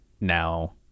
now